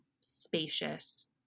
spacious